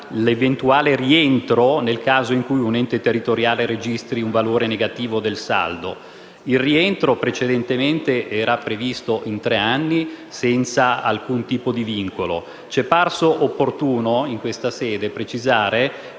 l'eventuale rientro nel caso in cui un ente territoriale registri un valore negativo del saldo. Il rientro precedentemente era previsto in tre anni senza alcun tipo di vincolo. Ci è parso opportuno, in questa sede, precisare